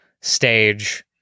stage